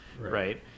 right